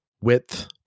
width